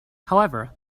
however